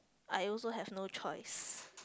I also have no choice